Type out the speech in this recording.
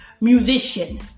musician